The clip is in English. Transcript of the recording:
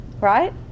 Right